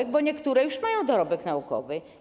Pytam, bo niektóre już mają dorobek naukowy.